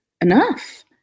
enough